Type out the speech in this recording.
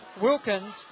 Wilkins